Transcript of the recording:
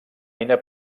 eina